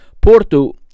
Porto